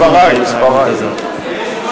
אדוני היושב-ראש, זה תוכנן